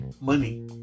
money